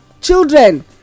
children